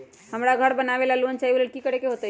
हमरा घर बनाबे ला लोन चाहि ओ लेल की की करे के होतई?